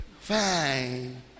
Fine